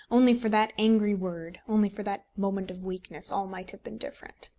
only for that angry word, only for that moment of weakness, all might have been different.